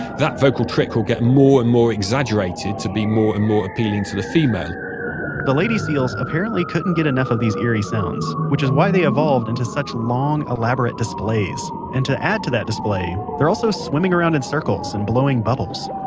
that vocal trick will get more and more exaggerated to be more and more appealing to the female the lady seals apparently couldn't get enough of these eerie sounds, which is why they evolved into such long elaborate displays. and to add to the display, they're also swimming round in circles and blowing bubbles